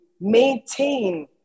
maintain